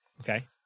Okay